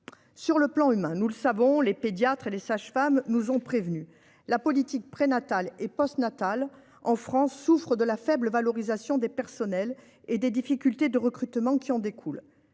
Sur le plan humain, les pédiatres et les sages-femmes nous ont prévenus : notre politique prénatale et postnatale souffre de la faible valorisation des personnels et des difficultés de recrutement qui en découlent.